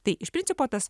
tai iš principo tas